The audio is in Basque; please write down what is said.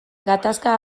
gatazka